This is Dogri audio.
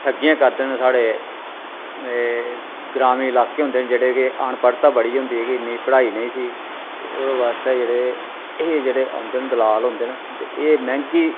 ठग्गियां करदे न साढ़े ग्रामीण इलाके होंदे न जेह्ड़े के अनपढ़ता बड़ी हुंदी कि पढ़ाई नेईं सी ते ओहदे आस्तै जेह्ड़े एह् जेह्ड़े औंदे न दलाल होंदे न ते एह् मैहंगी